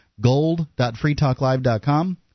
gold.freetalklive.com